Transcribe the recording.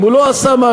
אם הוא לא עשה משהו,